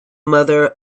mother